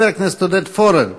חבר הכנסת עודד פורר,